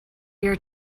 your